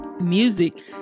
Music